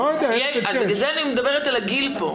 בגלל זה אני מדברת על הגיל.